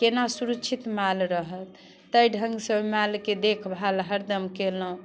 कोना सुरक्षित माल रहत ताहि ढङ्गसँ मालके देखभाल हरदम केलहुँ